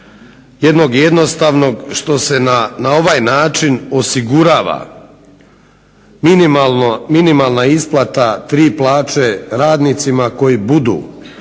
jednog jednostavnog što se na ovaj način osigurava minimalna isplata plaće radnicima koji budu